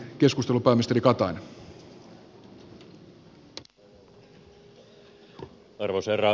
arvoisa herra puhemies